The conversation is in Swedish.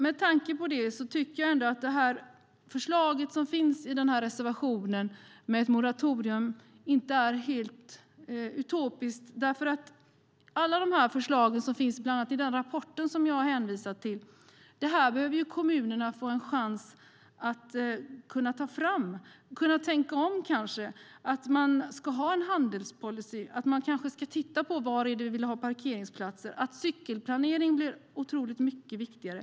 Med tanke på det tycker jag att förslaget som finns i reservationen om ett moratorium inte är helt utopiskt. Kommunerna behöver få en chans att ta fram alla de förslag som bland annat finns i den rapport som jag har hänvisat till. De behöver kanske tänka om. De kanske ska ha en handelspolicy och titta på var de ska ha parkeringsplatser. Cykelplanering blir otroligt mycket viktigare.